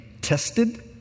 tested